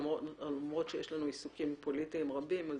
למרות שיש לנו עיסוקים פוליטיים רבים.